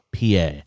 PA